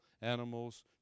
animals